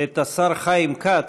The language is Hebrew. את השר חיים כץ,